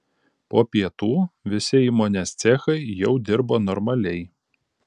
po pietų visi įmonės cechai jau dirbo normaliai